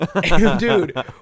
Dude